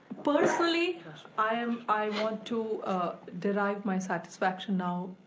personally i um i want to derive my satisfaction now,